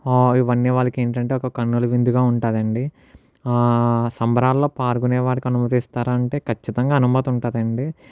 ఇవన్నీ వాళ్ళకి ఏంటంటే ఒక కన్నుల విందుగా ఉంటుందండి సంబరాల్లో పాల్గొనేవాళ్ళకి అనుమతి ఇస్తారా అంటే ఖచ్చితంగా అనుమతి ఉంటుంది అండి